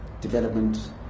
development